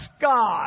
God